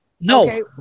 No